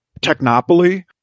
technopoly